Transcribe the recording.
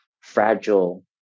fragile